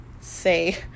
Say